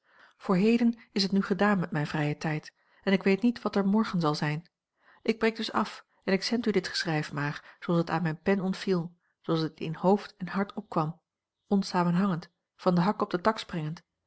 voor heden is het nu gedaan met mijn vrijen tijd en ik weet niet wat er morgen zal zijn ik breek dus af en ik zend u dit geschrijf maar zooals het aan mijne pen ontviel zooals het in hoofd en hart opkwam onsamenhangend van den hak op den tak springend